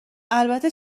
البته